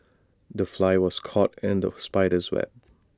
the fly was caught in the spider's web